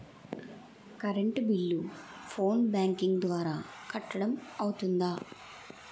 Current bill phone banking ద్వారా కట్టడం అవ్తుందా?